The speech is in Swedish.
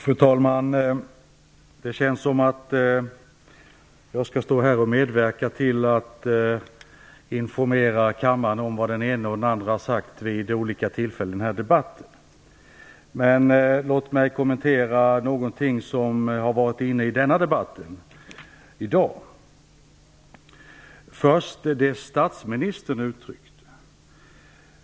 Fru talman! Det känns som om jag skall medverka till att informera kammaren om vad den ene och den andre har sagt vid olika tillfällen i denna debatt. Låt mig kommentera någonting som har sagts i debatten i dag. Först vill jag kommentera det statsministern uttryckte.